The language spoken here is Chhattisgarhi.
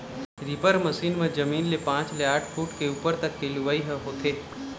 रीपर मसीन म जमीन ले पाँच ले आठ फूट के उप्पर तक के लुवई ह होथे